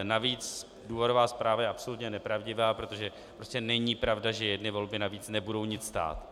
Navíc důvodová zpráva je absolutně nepravdivá, protože prostě není pravda, že jedny volby navíc nebudou nic stát.